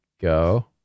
go